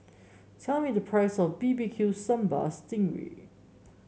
tell me the price of B B Q Sambal Sting Ray